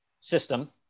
system